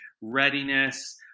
readiness